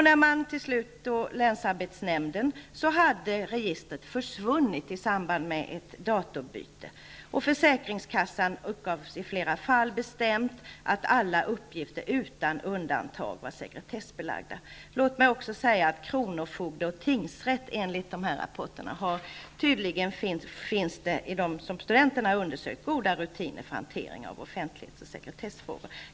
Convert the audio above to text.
När studenterna besökte länsarbetsnämnden, hade registret försvunnit i samband med ett datorbyte. Hos försäkringskassan uppgavs i flera fall bestämt att uppgifterna utan undantag var sekretessbelagda. Låt mig också säga att kronofogdemyndighet och tingsrätt som de här studenterna besökte tydligen hade goda rutiner för hantering av offentlighetsoch sekretessfrågor.